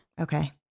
Okay